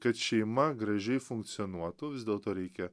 kad šeima gražiai funkcionuotų vis dėlto reikia